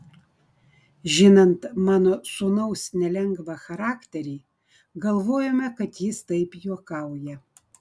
žinant mano sūnaus nelengvą charakterį galvojome kad jis taip juokauja